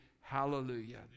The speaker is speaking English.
hallelujah